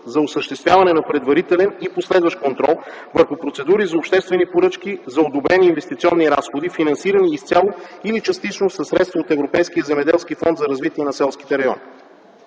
за осъществяване на предварителен и последващ контрол върху процедури за обществени поръчки за одобрени инвестиционни разходи, финансирани изцяло или частично със средства от Европейския земеделски фонд за развитие на селските райони.